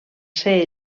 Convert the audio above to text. ser